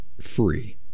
free